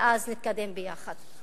ואז נתקדם ביחד.